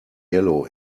yellow